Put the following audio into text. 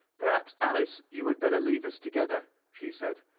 perhaps, alice, you had better leave us together she said,